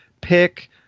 pick –